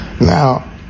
Now